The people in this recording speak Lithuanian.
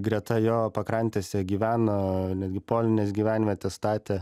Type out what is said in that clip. greta jo pakrantėse gyveno netgi polines gyvenvietes statė